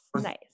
Nice